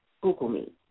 Google-me